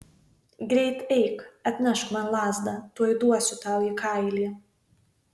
greit eik atnešk man lazdą tuoj duosiu tau į kailį